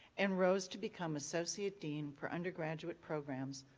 and rose to become associate dean for undergraduate programs,